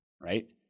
Right